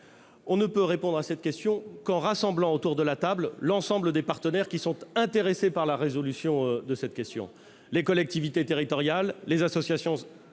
On ne peut répondre à ces questions qu'en rassemblant autour de la table l'ensemble des partenaires intéressés par leur résolution. Je pense ainsi aux collectivités territoriales, aux associations